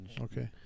Okay